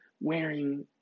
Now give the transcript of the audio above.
wearing